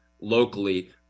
locally